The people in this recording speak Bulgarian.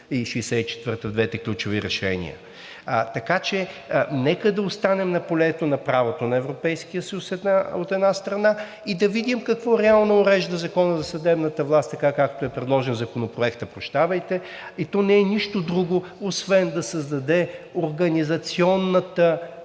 и 1964 г. с двете ключови решения. Така че нека да останем на полето на правото на Европейския съюз, от една страна, и да видим какво реално урежда Законът за съдебната власт, така както е предложено в Законопроекта, и то не е нещо друго, освен да създаде организационната